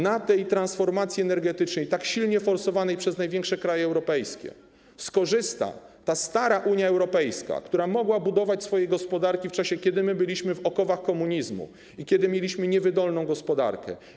Na tej transformacji energetycznej, tak silnie forsowanej przez największe kraje europejskie, skorzysta ta stara Unia Europejska, która mogła budować swoje gospodarki w czasie, kiedy my byliśmy w okowach komunizmu i kiedy mieliśmy niewydolną gospodarkę.